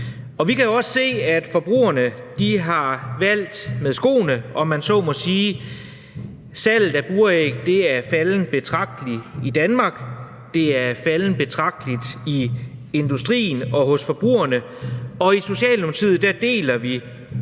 Vi kan også se, at forbrugerne har valgt med skoene, om jeg så må sige. Salget af buræg er faldet betragteligt i Danmark, det er faldet betragteligt i industrien og hos forbrugerne, og i Socialdemokratiet deler vi